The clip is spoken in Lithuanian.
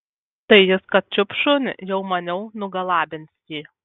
tai jis kad čiups šunį jau maniau nugalabins jį